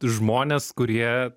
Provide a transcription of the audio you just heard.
žmonės kurie